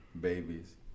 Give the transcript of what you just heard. babies